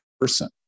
person